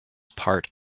part